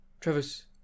Travis